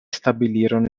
stabilirono